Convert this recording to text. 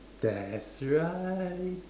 that's right